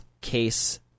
case